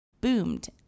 boomed